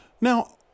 Now